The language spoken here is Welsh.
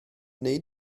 wnei